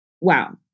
Wow